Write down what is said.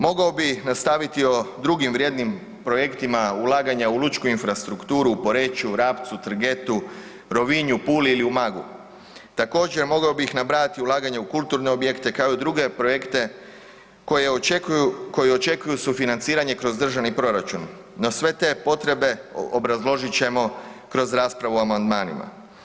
Mogao bi bih nastaviti o drugim vrijednim projektima ulaganja u lučku infrastrukturu u Poreču, Rapcu, Trgetu, Rovinju, Puli ili Umagu, također mogao bih nabrajati ulaganja u kulturne objekte kao i u druge projekte koje očekuju sufinanciranje kroz državni proračun, no sve te potrebe obrazložit ćemo kroz raspravu o amandmanima.